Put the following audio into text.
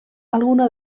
alguna